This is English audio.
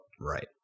Right